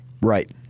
Right